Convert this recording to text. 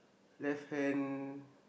left hand